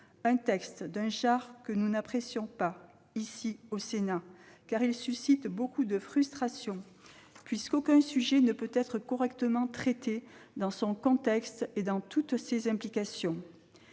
un texte d'un genre que nous n'apprécions pas, ici au Sénat, car source de beaucoup de frustrations, aucun sujet ne pouvant être correctement traité dans son contexte et dans toutes ses implications.